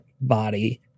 body